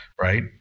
Right